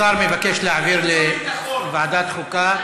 השר מבקש להעביר לוועדת חוקה.